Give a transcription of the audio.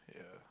yeah